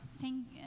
thank